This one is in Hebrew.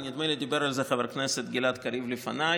ונדמה לי שדיבר על זה חבר הכנסת גלעד קריב לפניי,